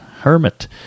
hermit